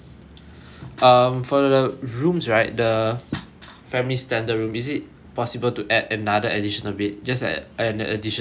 um for the rooms right the family standard room is it possible to add another additional bed just add an additional single bed